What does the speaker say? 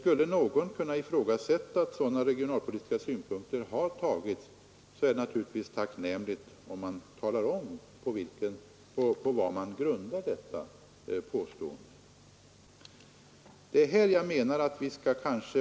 Skulle någon ifrågasätta att sådana regionalpolitiska synpunkter har beaktats, är det naturligtvis tacknämligt om han talar om varpå han grundar detta påstående.